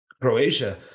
Croatia